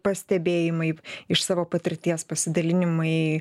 pastebėjimai iš savo patirties pasidalinimai